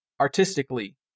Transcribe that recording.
artistically